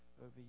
over